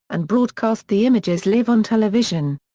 and broadcast the images live on television.